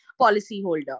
policyholder